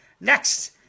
Next